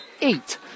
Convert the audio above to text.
eight